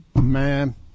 man